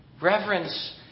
Reverence